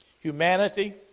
humanity